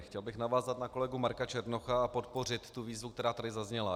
Chtěl bych navázat na kolegu Marka Černocha a podpořit výzvu, která tady zazněla.